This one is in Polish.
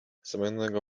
zamienionego